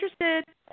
interested